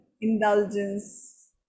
indulgence